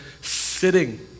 sitting